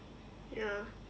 ya